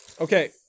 Okay